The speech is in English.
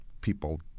people